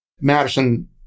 Madison